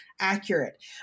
accurate